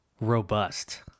Robust